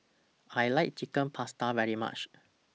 I like Chicken Pasta very much